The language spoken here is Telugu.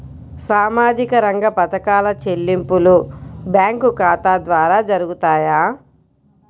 సామాజిక రంగ పథకాల చెల్లింపులు బ్యాంకు ఖాతా ద్వార జరుగుతాయా?